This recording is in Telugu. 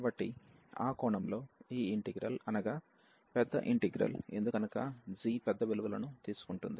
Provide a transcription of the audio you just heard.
కాబట్టి ఆ కోణంలో ఈ ఇంటిగ్రల్ అనగా పెద్ద ఇంటిగ్రల్ ఎందుకనగా g పెద్ద విలువలను తీసుకుంటుంది